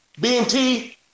BMT